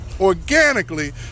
Organically